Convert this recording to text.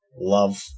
love